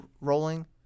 rolling